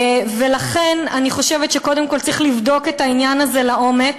ולכן אני חושבת שקודם כול צריך לבדוק את העניין הזה לעומק.